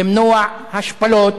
למנוע השפלות.